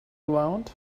around